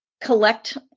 collect